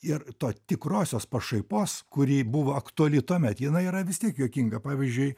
ir to tikrosios pašaipos kuri buvo aktuali tuomet jinai yra vis tiek juokinga pavyzdžiui